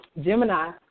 Gemini